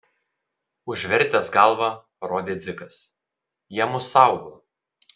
užvertęs galvą rodė dzikas jie mus saugo